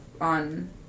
on